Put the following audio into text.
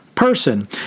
person